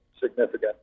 significant